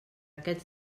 aquests